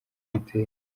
giteye